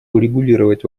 урегулировать